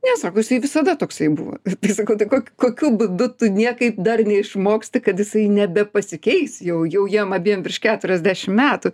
ne sako jisai visada toksai buvo tai sakau tai ko kokiu būdu tu niekaip dar neišmoksti kad jisai nebepasikeis jau jau jiem abiem virš keturiasdešim metų